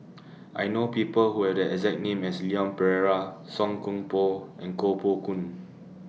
I know People Who Have The exact name as Leon Perera Song Koon Poh and Koh Poh Koon